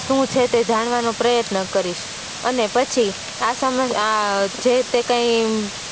શું છે તે જાણવાનો પ્રયત્ન કરીશ અને પછી આ સમ જે તે કંઈ